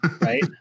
Right